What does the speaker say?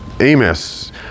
Amos